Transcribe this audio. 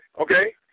Okay